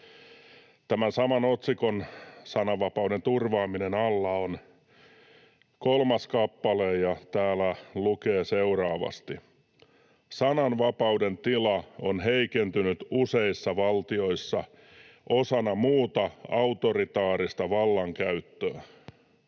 Tämän saman otsikon ”Sananvapauden turvaaminen” alla on kolmas kappale, ja täällä lukee seuraavasti: ”Sananvapauden tila on heikentynyt useissa valtioissa osana muuta autoritaarista vallankäyttöä.”